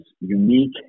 unique